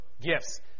gifts